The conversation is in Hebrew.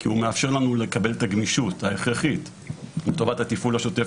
כי הוא מאפשר לנו לקבל את הגמישות ההכרחית לטובת התפעול השוטף